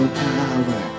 power